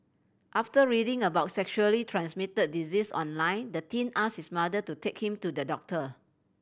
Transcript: after reading about sexually transmitted diseases online the teen asked his mother to take him to the doctor